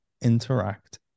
interact